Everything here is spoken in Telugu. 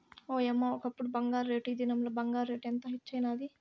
ఓయమ్మ, ఒకప్పుడు బంగారు రేటు, ఈ దినంల బంగారు రేటు ఎంత హెచ్చైనాది